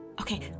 Okay